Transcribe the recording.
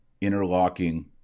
interlocking